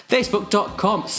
Facebook.com